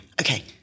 Okay